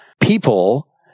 people